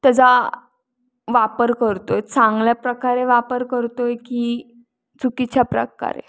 त्याचा वापर करतो आहे चांगल्या प्रकारे वापर करतो आहे की चुकीच्या प्रकारे